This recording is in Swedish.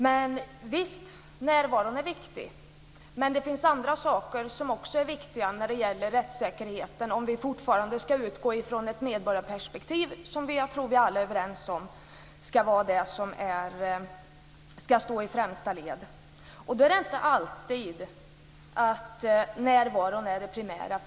Men visst, närvaron är viktig, men det finns andra saker som också är viktiga när det gäller rättssäkerheten om vi fortfarande ska utgå från ett medborgarperspektiv - som jag tror att vi alla är överens om ska stå i främsta ledet. Då är inte alltid närvaron det primära.